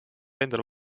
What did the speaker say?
endale